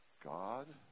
God